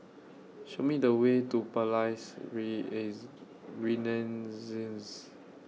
Show Me The Way to Palais Renaissance